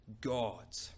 God